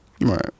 Right